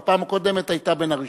בפעם הקודמת היתה בין הראשונות.